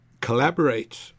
collaborate